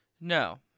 No